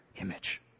image